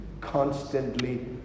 constantly